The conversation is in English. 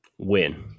Win